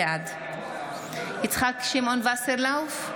בעד יצחק שמעון וסרלאוף,